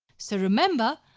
so remember,